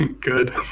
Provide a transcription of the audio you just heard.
Good